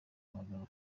kugarukana